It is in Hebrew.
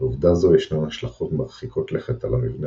לעובדה זו ישנן השלכות מרחיקות לכת על המבנה